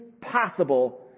possible